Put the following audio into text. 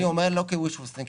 לא כ-wishful thinking,